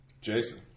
Jason